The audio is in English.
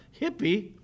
hippie